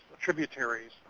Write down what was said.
tributaries